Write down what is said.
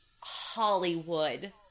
Hollywood